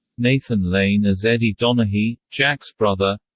nathan lane as eddie donaghy, jack's brother